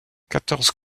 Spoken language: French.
quatorze